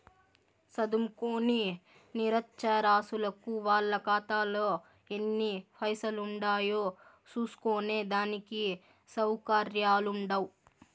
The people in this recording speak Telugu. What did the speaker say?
సదుంకోని నిరచ్చరాసులకు వాళ్ళ కాతాలో ఎన్ని పైసలుండాయో సూస్కునే దానికి సవుకర్యాలుండవ్